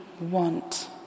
want